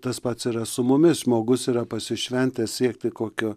tas pats yra su mumis žmogus yra pasišventęs siekti kokio